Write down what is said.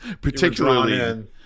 Particularly